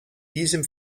diesem